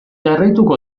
jarraituko